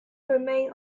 remain